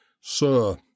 Sir